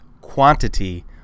quantity